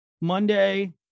Monday